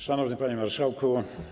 Szanowny Panie Marszałku!